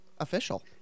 Official